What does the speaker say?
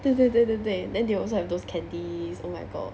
对对对对对 then they also have those candies oh my god